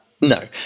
No